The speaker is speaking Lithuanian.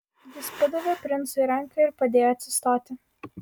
jis padavė princui ranką ir padėjo atsistoti